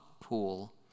pool